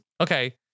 Okay